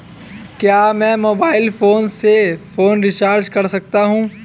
क्या मैं mobile phone से फोन रिचार्ज कर सकता हूं?